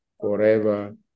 forever